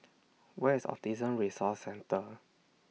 Where IS Autism Resource Centre